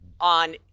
on